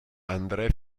andré